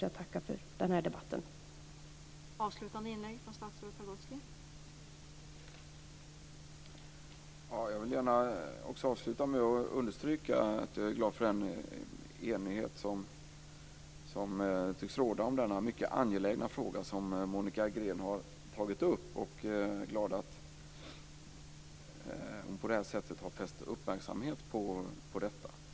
Jag tackar därför för denna debatt.